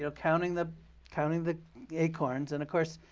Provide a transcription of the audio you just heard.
you know counting the counting the acorns. and of course,